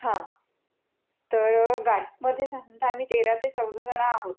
हा तर गाडीमध्येच आम्ही तेरा ते चौदाजणं आहोत